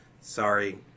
sorry